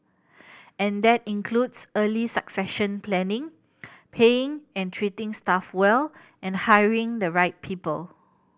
and that includes early succession planning paying and treating staff well and hiring the right people